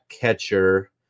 catcher